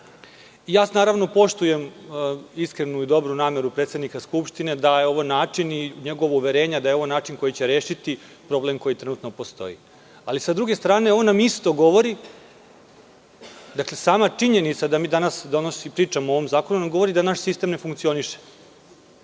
zakonom. Ja poštujem iskrenu i dobru nameru predsednika Skupštine i njegova uverenja da je ovo način koji će rešiti problem koji trenutno postoji. Ali, sa druge strane, ovo nam isto govori, sama činjenica da mi danas pričamo o ovom zakonu, govori nam da naš sistem ne funkcioniše.